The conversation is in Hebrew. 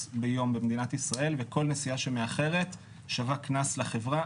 ביום במדינת ישראל וכל נסיעה שמאחרת שווה קנס לחברה.